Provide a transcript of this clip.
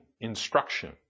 instruction